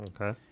Okay